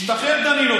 משתחרר דנינו